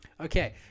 Okay